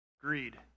Greed